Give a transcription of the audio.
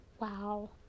wow